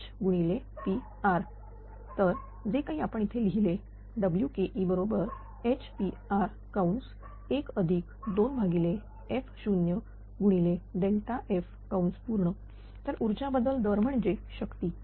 तर जे काही आपण इथे लिहिलेWke बरोबर Hpr12f0f तर उर्जा बदल दर म्हणजे शक्ती